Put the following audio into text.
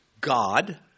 God